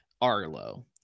Arlo